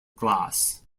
glass